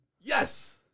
Yes